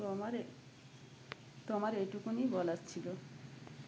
তো আমার তো আমারএটুকুনই বলার ছিলো